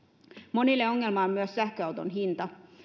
monille ongelma on myös sähköauton hinta